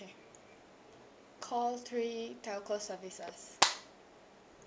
call three telco services